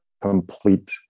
complete